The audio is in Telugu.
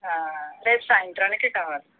రేపు సాయంత్రానికి కావాలి